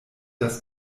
das